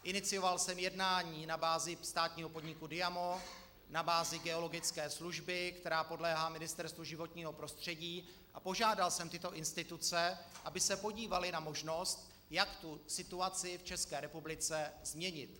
Inicioval jsem jednání na bázi státního podniku Diamo, na bázi geologické služby, která podléhá Ministerstvu životního prostředí, požádal jsem tyto instituce, aby se podívaly na možnost, jak tu situaci v České republice změnit.